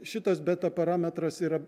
šitas beta parametras yra